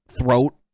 throat